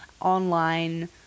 online